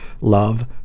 love